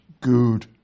good